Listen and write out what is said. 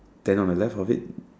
then on the left of it